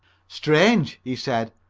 strange! he said,